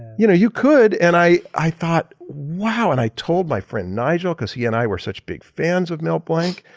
you know you could. and i i thought, wow! and i told my friend nigel because he and i were such big fans of mel blanc.